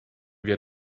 wir